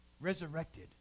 resurrected